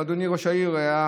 אדוני ראש העירייה,